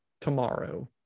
tomorrow